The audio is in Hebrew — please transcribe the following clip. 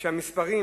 שהמספרים